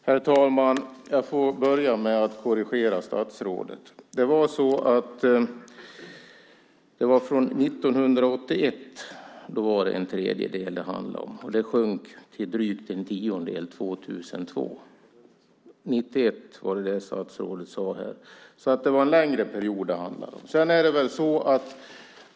Herr talman! Jag vill börja med att korrigera statsrådet. Det var 1981 som det var en tredjedel, och det sjönk till drygt en tiondel år 2002. Statsrådet nämnde årtalet 1991, men det är en längre period som det handlar om.